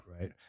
Right